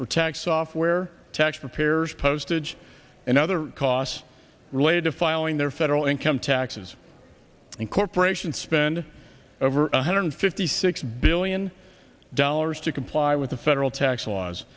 for tax software tax preparers postage and other costs related to filing their federal income taxes and corporation spend over one hundred fifty six billion dollars to comply with the federal tax laws